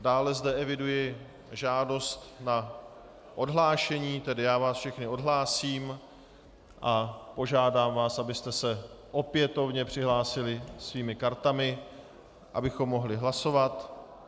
Dále zde eviduji žádost na odhlášení, tedy já vás všechny odhlásím a požádám vás, abyste se opětovně přihlásili svými kartami, abychom mohli hlasovat.